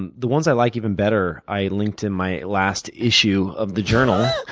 and the ones i like even better, i linked in my last issue of the journal.